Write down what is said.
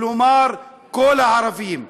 כלומר כל הערבים.